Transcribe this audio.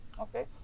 okay